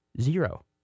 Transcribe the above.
Zero